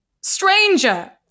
Stranger